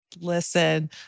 Listen